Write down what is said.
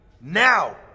Now